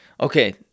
okay